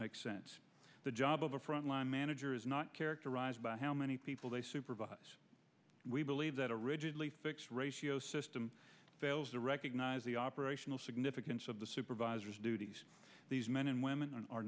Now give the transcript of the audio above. make sense the job of a front line manager is not characterized by how many people they supervise we believe that a rigidly fixed ratio system fails to recognize the operational significance of the supervisors duties these men and women are